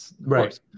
Right